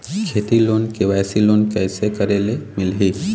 खेती loan KYC loan कइसे करे ले मिलही?